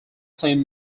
saint